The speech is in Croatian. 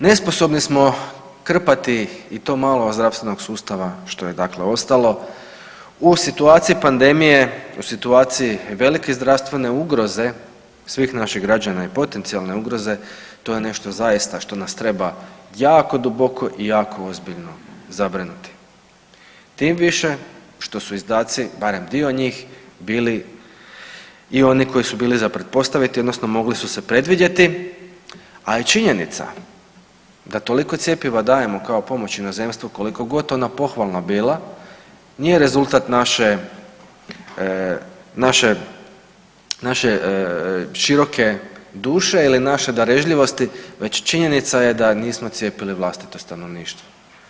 Nesposobni smo krpati i to malo zdravstvenog sustava što je dakle ostalo u situaciji pandemije, u situaciji velike zdravstvene ugroze svih naših građana i potencijalne ugroze to je nešto zaista što nas treba jako duboko i jako ozbiljno zabrinuti tim više što su izdaci barem dio njih bili i oni koji su bili za pretpostaviti odnosno mogli su se predvidjeti, a i činjenica da toliko cjepiva dajemo kao pomoć inozemstvu koliko god ona pohvalna bila nije rezultat naše široke duše ili naše darežljivosti, već činjenica je da nismo cijepili vlastito stanovništvo.